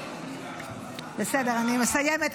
בסדר, אני מסיימת.